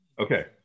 Okay